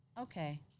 Okay